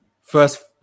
first